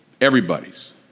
Everybody's